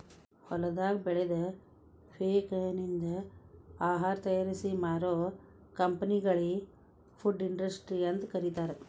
ಹೊಲದಾಗ ಬೆಳದ ಪೇಕನಿಂದ ಆಹಾರ ತಯಾರಿಸಿ ಮಾರೋ ಕಂಪೆನಿಗಳಿ ಫುಡ್ ಇಂಡಸ್ಟ್ರಿ ಅಂತ ಕರೇತಾರ